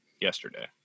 yesterday